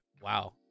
wow